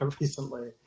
recently